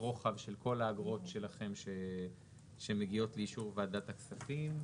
רוחב של כל האגרות שלכם שמגיעות לאישור ועדת הכספים.